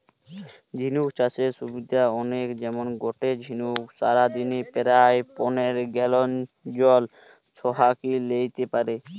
ঝিনুক চাষের সুবিধা অনেক যেমন গটে ঝিনুক সারাদিনে প্রায় পনের গ্যালন জল ছহাকি লেইতে পারে